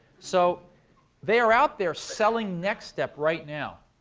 so they are out there selling nextstep right now.